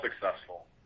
successful